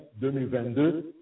2022